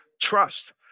trust